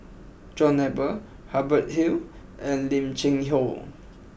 John Eber Hubert Hill and Lim Cheng Hoe